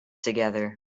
together